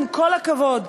עם כל הכבוד,